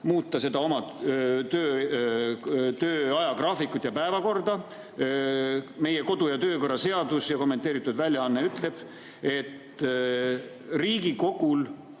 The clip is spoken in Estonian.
muuta oma töö ajagraafikut ja päevakorda. Meie kodu‑ ja töökorra seadus ja kommenteeritud väljaanne ütlevad, et Riigikogul